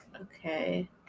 Okay